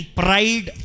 pride